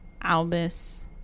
Albus